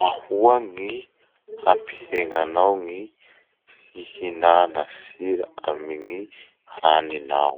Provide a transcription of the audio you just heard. Ahoa gny hampihegnanao gny fihinana sira amy gny haninao?